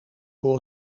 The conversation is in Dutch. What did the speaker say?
voor